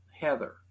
Heather